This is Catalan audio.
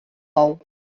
bou